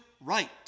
right